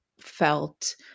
felt